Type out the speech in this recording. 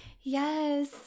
Yes